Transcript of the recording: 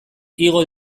igo